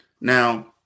Now